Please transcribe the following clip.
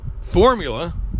formula